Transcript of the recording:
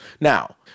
Now